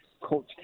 coach